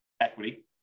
equity